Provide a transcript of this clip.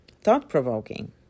thought-provoking